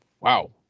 wow